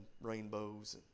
rainbows